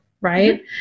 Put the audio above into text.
Right